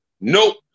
Nope